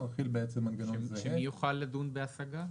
נחיל מנגנון זהה -- שמי יוכל לדון בהשגה?